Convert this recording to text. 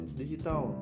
digital